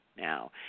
Now